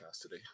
today